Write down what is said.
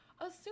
assume